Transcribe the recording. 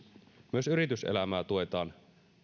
myös yrityselämää tuetaan